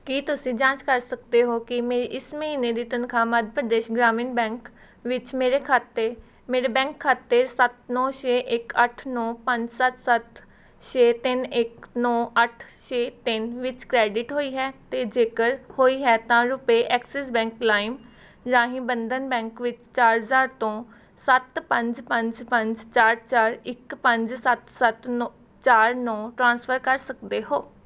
ਕੀ ਤੁਸੀਂ ਜਾਂਚ ਕਰ ਸਕਦੇ ਹੋ ਕਿ ਮੇਰੀ ਇਸ ਮਹੀਨੇ ਦੀ ਤਨਖਾਹ ਮੱਧ ਪ੍ਰਦੇਸ਼ ਗ੍ਰਾਮੀਣ ਬੈਂਕ ਵਿੱਚ ਮੇਰੇ ਖਾਤੇ ਮੇਰੇ ਬੈਂਕ ਖਾਤੇ ਸੱਤ ਨੌਂ ਛੇ ਇੱਕ ਅੱਠ ਨੌਂ ਪੰਜ ਸੱਤ ਸੱਤ ਛੇ ਤਿੰਨ ਇੱਕ ਨੌਂ ਅੱਠ ਛੇ ਤਿੰਨ ਵਿੱਚ ਕ੍ਰੈਡਿਟ ਹੋਈ ਹੈ ਅਤੇ ਜੇਕਰ ਹੋਈ ਹੈ ਤਾਂ ਰੁਪਏ ਐਕਸਿਸ ਬੈਂਕ ਲਾਈਮ ਰਾਹੀਂ ਬੰਧਨ ਬੈਂਕ ਵਿੱਚ ਚਾਰ ਹਜ਼ਾਰ ਤੋਂ ਸੱਤ ਪੰਜ ਪੰਜ ਪੰਜ ਚਾਰ ਚਾਰ ਇੱਕ ਪੰਜ ਸੱਤ ਸੱਤ ਨੌਂ ਚਾਰ ਨੌ ਟਰਾਂਸਫਰ ਕਰ ਸਕਦੇ ਹੋ